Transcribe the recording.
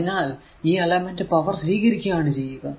അതിനാൽ ഈ element power സ്വീകരിക്കുകയാണ് ചെയ്യുക